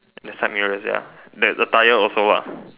the side mirrors ya the tire also lah